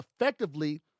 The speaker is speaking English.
effectively